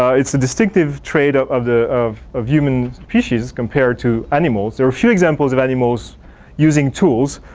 it's a distinctive trait of the of of human species compared to animals. there are few examples of animals using tools